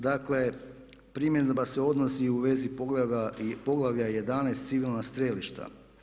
Dakle, primjedba se odnosi u vezi poglavlja 11. civilna strelišta.